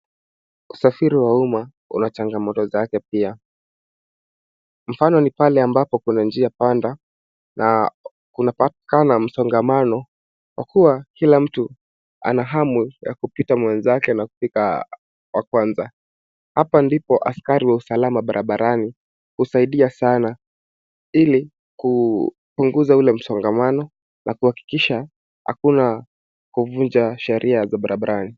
Usafiri wa uma una changamoto zake pia. Mfano ni pale ambapo kuna njia panda na kuna patikana na msongamano kwakua kila mtu ana hamu ya kupita mwenzake na kufika wa kwanza. Hapa ndipo askari wa usalama barabarani husaidia sana ili kupunguza ule msongamano na kuhakikisha hakuna kuvunja sheria za barabarani.